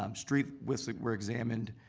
um street widths like were examined.